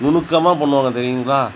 நுணுக்கமாக பண்ணுவாங்க தெரியும்ங்களா